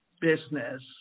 business